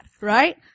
right